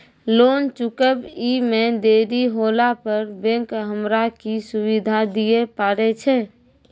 Loan चुकब इ मे देरी होला पर बैंक हमरा की सुविधा दिये पारे छै?